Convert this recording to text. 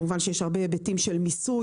כמובן שיש הרבה היבטים של מיסוי,